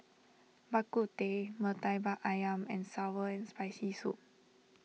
Bak Kut Teh Murtabak Ayam and Sour and Spicy Soup